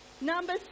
Number